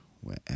wherever